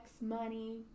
money